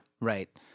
Right